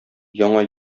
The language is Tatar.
яңа